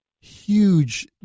huge